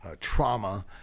trauma